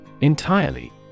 Entirely